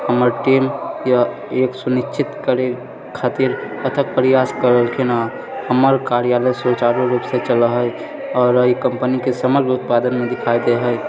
हमर टीम एक सुनिश्चित करय खातिर अथक प्रयास करहलखिन हँ हमर कार्यालय सुचारू रूपसँ चलय हय आओर ई कम्पनीके समग्र उत्पादनमे भी फायदे हय